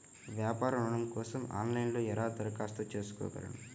వ్యాపార ఋణం కోసం ఆన్లైన్లో ఎలా దరఖాస్తు చేసుకోగలను?